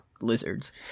Lizards